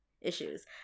issues